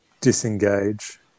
disengage